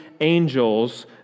angels